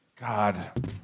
God